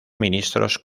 ministros